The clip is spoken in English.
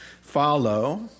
follow